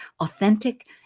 authentic